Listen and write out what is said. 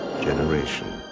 generation